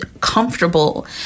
comfortable